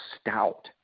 stout